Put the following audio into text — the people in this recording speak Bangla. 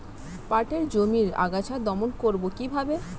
পাটের জমির আগাছা দমন করবো কিভাবে?